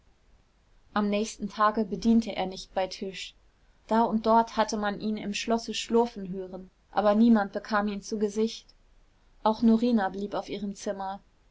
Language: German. am nächsten tage bediente er nicht bei tisch da und dort hatte man ihn im schlosse schlürfen hören aber niemand bekam ihn zu gesicht auch norina blieb auf ihrem zimmer